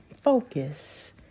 focus